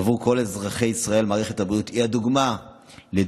עבור כל אזרחי ישראל מערכת הבריאות היא הדוגמה לדו-קיום,